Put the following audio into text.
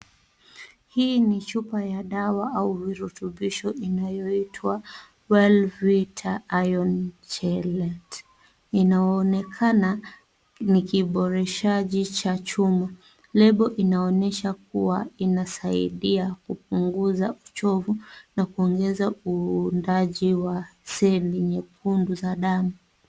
Hii ni chupa ya dawa au virutubisho inayoitwa Valvita Iron Chellent. Inaonekana ni kiboreshaji cha chuma. Lebo inaonyesha kuwa inasaidia kupunguza uchovu na kuongeza uundaji wa seli nyekundu za dawa.